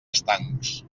estancs